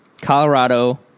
Colorado